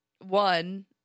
one